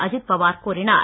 அஜீத் பவார் கூறினார்